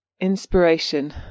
Inspiration